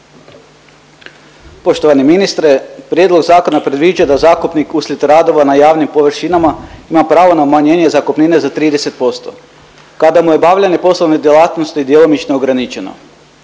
Poštovani ministre prijedlog zakona predviđa da zakupnik uslijed radova na javnim površinama ima pravo na umanjenje zakupnine za 30% kada mu je obavljanje poslovne djelatnosti djelomično ograničeno.